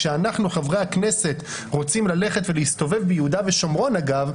כשאנחנו חברי הכנסת רוצים ללכת ולהסתובב ביהודה ושומרון אגב,